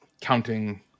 counting